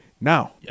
Now